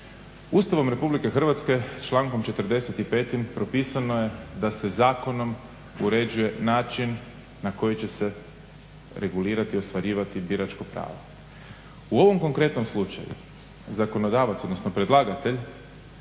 Ustavom RH člankom 45. propisano je: "Da se zakonom uređuje način na koji će se regulirati, ostvarivati biračko pravo." U ovom konkretnom slučaju zakonodavac, odnosno predlagatelj